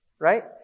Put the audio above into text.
right